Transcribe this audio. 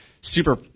super